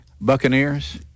Buccaneers